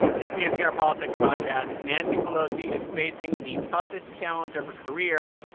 it's the npr politics podcast. nancy pelosi is facing the toughest challenge of her career.